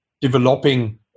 Developing